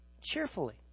cheerfully